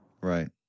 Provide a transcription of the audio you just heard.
Right